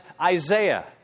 Isaiah